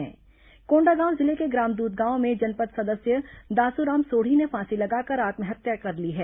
कोंडागांव जिले के ग्राम द्रधगांव में जनपद सदस्य दासुराम सोढ़ी ने फांसी लगाकर आत्महत्या कर ली है